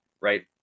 right